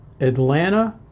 Atlanta